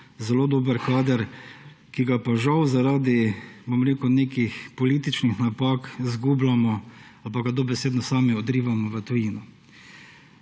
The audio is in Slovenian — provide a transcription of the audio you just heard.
zelo dober kader, ki ga pa žal zaradi nekih političnih napak izgubljamo ali pa ga dobesedno sami odrivamo v tujino.